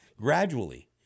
gradually